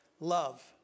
love